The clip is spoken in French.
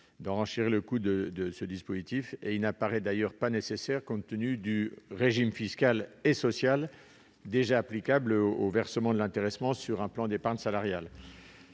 renchérir le coût du dispositif et n'apparaît pas nécessaire compte tenu du régime fiscal et social déjà applicable aux versements de l'intéressement sur un plan d'épargne salariale.